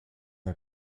der